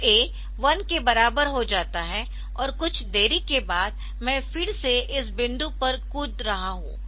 तो A 1 के बराबर हो जाता है और कुछ देरी के बाद मैं फिर से इस बिंदु पर कूद रहा हूं